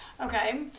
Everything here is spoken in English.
okay